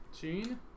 Gene